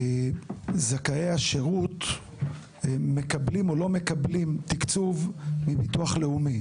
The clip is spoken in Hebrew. זכאי השירות מקבלים או לא מקבלים תקצוב מהביטוח הלאומי.